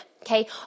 okay